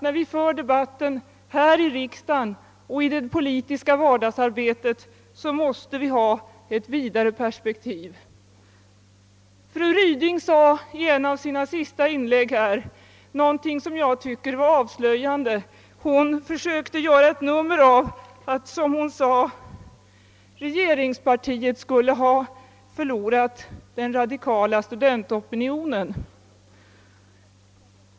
När vi för debatten här i riksdagen och i det politiska vardagsarbetet är det mycket väsentligt att vi har ett vidare perspektiv. I ett av sina senaste inlägg sade fru Ryding någonting som jag tycker var avslöjande. Hon försökte göra ett nummer av att regeringspartiet, som hon sade, skulle ha förlorat den radikala studentopinionen.